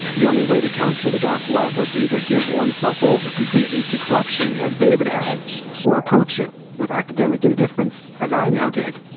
the only way to counter the dark web was to either give oneself over completely to corruption as david had or approach it with academic indifference as i now did.